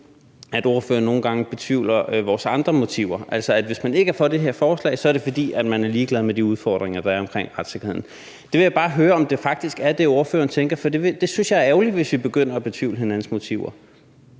at ordføreren nogle gange betvivler vores andres motiver – altså, at hvis man ikke er for det her forslag, er det, fordi man er ligeglad med de udfordringer, der er omkring retssikkerheden. Der vil jeg bare høre, om det faktisk er det, ordføreren tænker, for jeg synes, det er ærgerligt, hvis vi begynder at betvivle hinandens motiver.